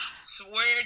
Swear